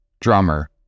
drummer